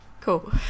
cool